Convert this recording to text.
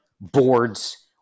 boards